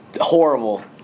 Horrible